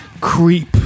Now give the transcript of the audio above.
creep